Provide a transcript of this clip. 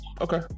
Okay